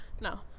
No